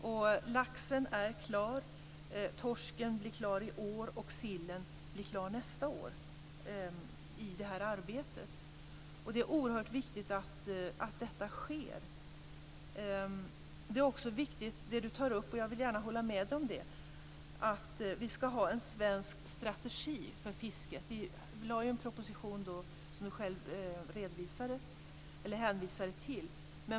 För laxens del är den klar, för torsken blir den klar i år och för sillen nästa år. Det är oerhört viktigt att detta sker. Det är också viktigt, så som Kjell-Erik Karlsson tar upp och där jag vill hålla med, att vi skall ha en svensk strategi för fisket. Vi lade ju fram en proposition, som Kjell-Erik Karlsson själv hänvisade till.